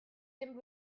dem